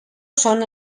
són